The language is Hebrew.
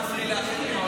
אל תפריעי לאחרים.